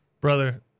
Brother